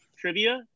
trivia